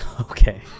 okay